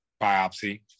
biopsy